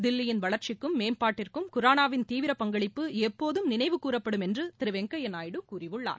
தில்லியின் வளர்ச்சிக்கும் மேம்பாட்டிற்கும் குரானாவின் தீவிர பங்களிப்பு எப்போதும் நினைவுகூரப்படும் என்று திரு வெங்கையா நாயுடு கூறியுள்ளார்